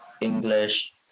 English